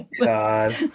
God